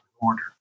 order